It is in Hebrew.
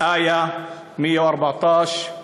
להלן תרגומם: